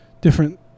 different